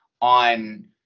on